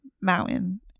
Mountain